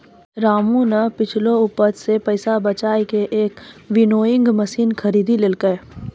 रामू नॅ पिछलो उपज सॅ पैसा बजाय कॅ एक विनोइंग मशीन खरीदी लेलकै